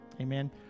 Amen